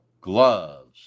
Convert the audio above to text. gloves